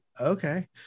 okay